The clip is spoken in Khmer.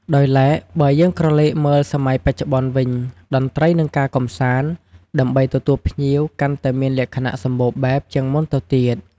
ដោយឡែក បើយើងក្រឡេកមើលសម័យបច្ចុប្បន្នវិញ តន្ត្រី និងការកំសាន្ត ដើម្បីទទួលភ្ញៀវកាន់តែមានលក្ខណៈសម្បូរបែបជាងមុនទៅទៀត។